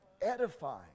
Edifying